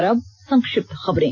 और अब संक्षिप्त खबरें